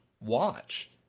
watch